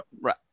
right